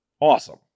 Awesome